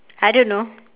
I don't know